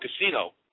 casino